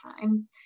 time